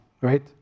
right